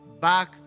back